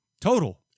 total